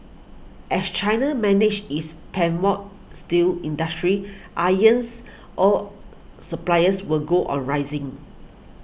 as China manages its steel industry irons ore supplies will go on rising